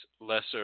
lesser